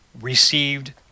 received